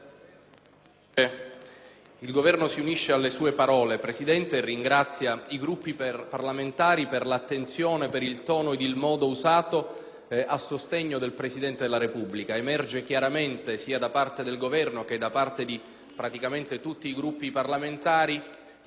il Governo si unisce alle sue parole e ringrazia i Gruppi parlamentari per l'attenzione, per il tono ed il modo usati a sostegno del Presidente della Repubblica. Emerge chiaramente, sia da parte del Governo sia da parte praticamente di tutti i Gruppi parlamentari non già